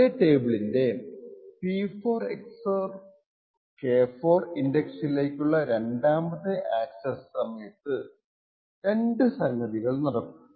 അതേ ടേബിളിന്റെ P4 XOR K4 ഇന്ഡക്സിലേക്കുള്ള രണ്ടാമത്തെ അക്സസ്സ് സമയത്തു രണ്ടു സംഗതികൾ നടക്കും